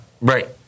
Right